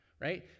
right